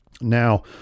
Now